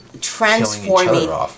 transforming